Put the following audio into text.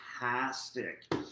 fantastic